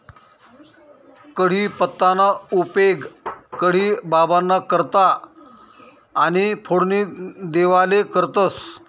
कढीपत्ताना उपेग कढी बाबांना करता आणि फोडणी देवाले करतंस